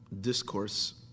discourse